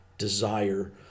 Desire